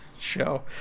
show